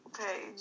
Okay